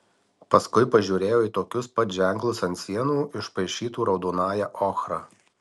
paskui pažiūrėjo į tokius pat ženklus ant sienų išpaišytų raudonąja ochra